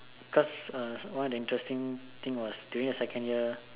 cause uh one of the interesting thing was during the second year